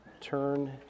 turn